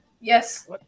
yes